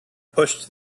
pushed